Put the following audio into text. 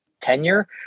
tenure